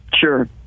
Sure